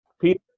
Peter